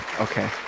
Okay